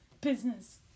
business